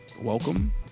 welcome